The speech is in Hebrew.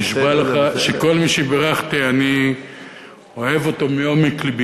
אני נשבע לך שכל מי שבירכתי אני אוהב אותו מעומק לבי.